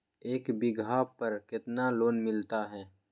एक बीघा पर कितना लोन मिलता है?